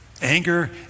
anger